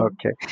Okay